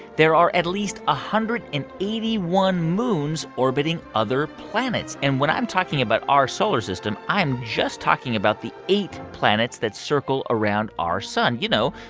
there are at least one ah hundred and eighty one moons orbiting other planets. and when i'm talking about our solar system, i'm just talking about the eight planets that circle around our sun you know,